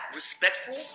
respectful